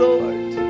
Lord